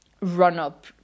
run-up